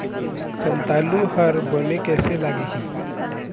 संतालु हर बने कैसे लागिही?